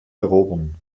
erobern